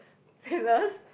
serious